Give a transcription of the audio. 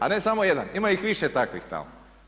A ne samo jedan, ima ih više takvih tamo.